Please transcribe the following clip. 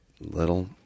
little